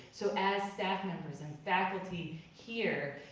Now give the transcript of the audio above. so as staff members and faculty here,